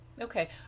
okay